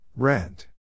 Rent